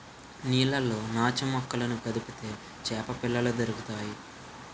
నీళ్లలో నాచుమొక్కలను కదిపితే చేపపిల్లలు దొరుకుతాయి